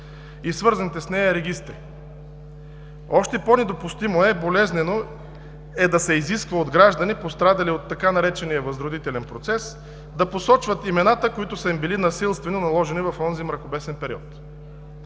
и свързаните с нея регистри. Още по-недопустимо и болезнено е да се изиска от граждани, пострадали от така наречения „възродителен процес“, да посочват имената, които са им били насилствено наложени в онзи мракобесен период.